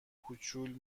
کوچول